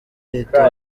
leta